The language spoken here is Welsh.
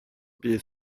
bydd